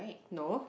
no